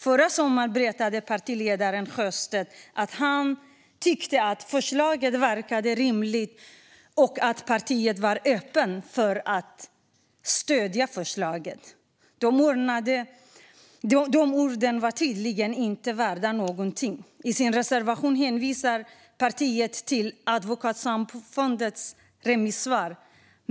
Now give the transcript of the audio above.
Förra sommaren berättade partiledare Sjöstedt att han tyckte att förslaget verkade rimligt och att partiet var öppet för att stödja förslaget. De orden var tydligen inte värda någonting. I sin reservation hänvisar Vänsterpartiet till Advokatsamfundets remissvar.